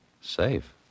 Safe